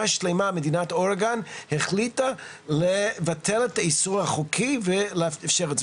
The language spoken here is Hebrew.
שלמה מדינת אורגון החליטה לבטל את האיסור החוקי ולאפשר את זה.